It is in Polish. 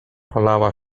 polała